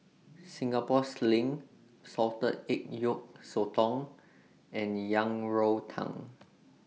Singapore Sling Salted Egg Yolk Sotong and Yang Rou Tang